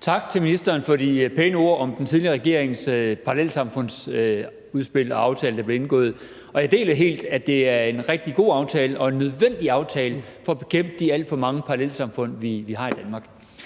Tak til ministeren for de pæne ord om den tidligere regerings parallelsamfundsudspil og den aftale, der blev indgået. Jeg deler helt, at det er en rigtig god og en nødvendig aftale for at bekæmpe de alt for mange parallelsamfund, vi har i Danmark.